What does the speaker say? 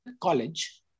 college